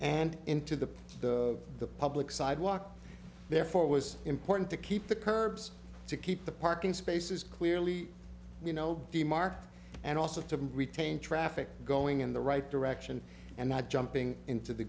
and into the the public sidewalk therefore it was important to keep the curbs to keep the parking spaces clearly you know be marked and also to retain traffic going in the right direction and not jumping into the